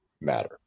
matter